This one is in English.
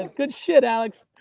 and good shit, alex.